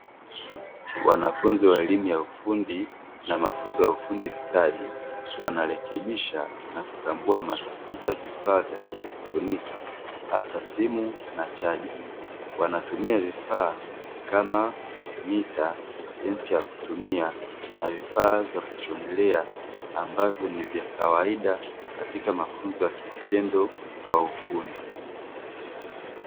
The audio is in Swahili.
Wanafunzi wa elimu ya ufundi na mafunzo ya ufundi stadi, wanarekebisha na kutambua matatizo ya vifaa vya kieletroniki hasa simu na chaja. Wanatumia vifaa kama mita, densi ya kutumia na vifaa vya kuchomelea ambavyo ni vya kawaida katika mafunzo ya kivitendo kwa ufundi.